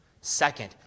Second